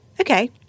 okay